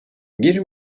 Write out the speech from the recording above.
geri